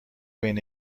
بین